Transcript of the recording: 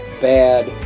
bad